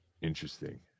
Interesting